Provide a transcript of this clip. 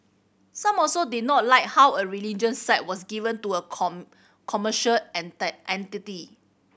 some also did not like how a religious site was given to a commercial entity